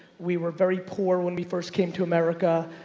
we were very poor when we first came to america.